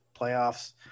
playoffs